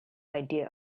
idea